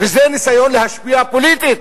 וזה ניסיון להשפיע פוליטית.